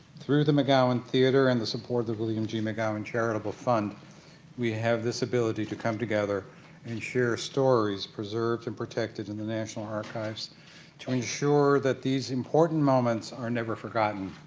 through the mcgowan theatre and the support of william g. mcgowan charitable fund we have this ability to come together and share stories preserved and protected in the national archives to ensure that these important moments are never forgotten.